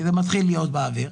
כי זה מתחיל להיות באוויר.